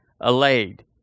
allayed